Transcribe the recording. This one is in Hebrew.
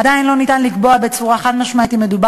עדיין לא ניתן לקבוע בצורה חד-משמעית אם אכן מדובר